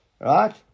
Right